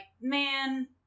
man